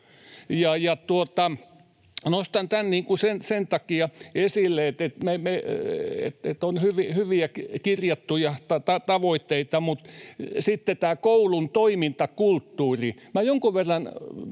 Nostan tämän sen takia esille, että on hyviä kirjattuja tavoitteita, mutta sitten tämä koulun toimintakulttuuri...